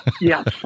Yes